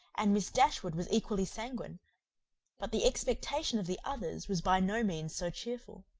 and miss dashwood was equally sanguine but the expectation of the others was by no means so cheerful.